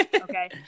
okay